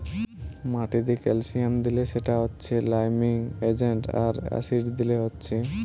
মাটিতে ক্যালসিয়াম দিলে সেটা হচ্ছে লাইমিং এজেন্ট আর অ্যাসিড দিলে হচ্ছে